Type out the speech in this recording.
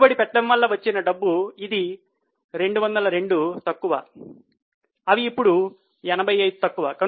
పెట్టుబడి పెట్టడం వలన వచ్చిన డబ్బు ఇది 202 తక్కువ అవి ఇప్పుడు 85 తక్కువ